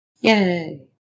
Yay